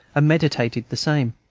meditated the same.